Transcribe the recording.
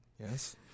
Yes